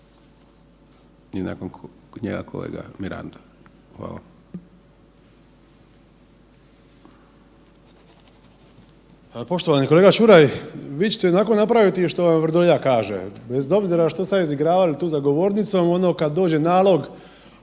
I nakon njega kolega Mirando. Hvala. **Zekanović, Hrvoje (HRAST)** Poštovani kolega Čuraj, vi ćete ionako napraviti što vam Vrdoljak kaže, bez obzira što sad izigravali tu za govornicom ono kad dođe nalog